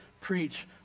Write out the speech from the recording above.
preach